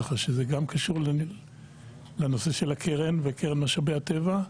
כך שזה גם קשור לנושא של הקרן וקרן משאבי הטבע.